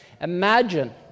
Imagine